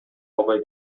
албай